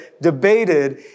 debated